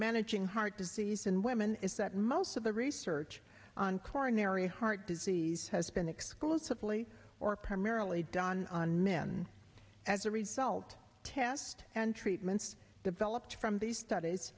managing heart disease in women is that most of the research on coronary heart disease has been exclusively or primarily done on men as a result test and treatments developed from these studies